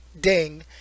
ding